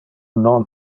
non